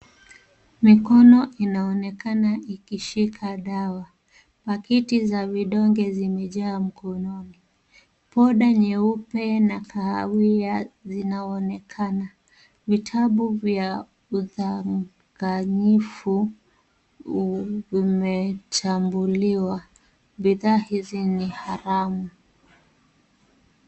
Mikono inaonekana ikishika dawa. Pakiti za vidonge zimejaa mkononi. Poda nyeupe na kahawia zinaonekana. Vitabu vya udanganyifu vimechambuliwa. Bidhaa hizi ni haramu.